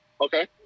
Okay